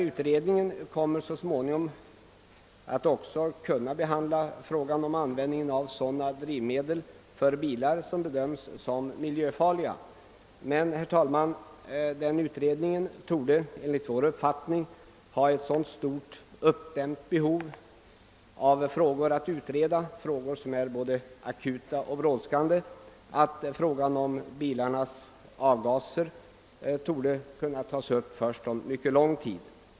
Utredningen kommer så småningom att kunna behandla frågan om användningen av sådana drivmedel för bilar som bedöms som miljöfarliga, men så många akuta och brådskande frågor torde vara i trängande behov av översyn att frågan om bilarnas avgaser kan tas upp först om mycket lång tid.